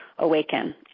awaken